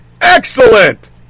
excellent